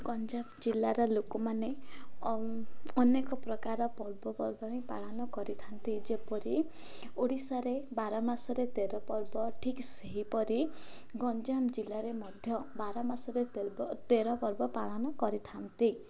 ଗଞ୍ଜାମ ଜିଲ୍ଲାର ଲୋକମାନେ ଅନେକ ପ୍ରକାର ପର୍ବପର୍ବାଣି ପାଳନ କରିଥାନ୍ତି ଯେପରି ଓଡ଼ିଶାରେ ବାର ମାସରେ ତେର ପର୍ବ ଠିକ୍ ସେହିପରି ଗଞ୍ଜାମ ଜିଲ୍ଲାରେ ମଧ୍ୟ ବାର ମାସରେ ତେର ପର୍ବ ପାଳନ କରିଥାନ୍ତି